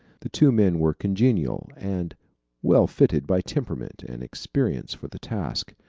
the two men were congenial and well fitted by temperament and experience for the task.